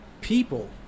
people